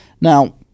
Now